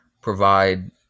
provide